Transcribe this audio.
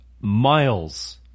miles